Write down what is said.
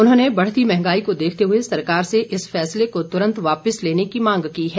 उन्होंने बढ़ती मंहगाई को देखते हुए सरकार से इस फैसले को तुरंत वापिस लेने की मांग की है